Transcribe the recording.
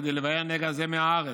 כדי לבער נגע זה מהארץ.